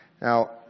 Now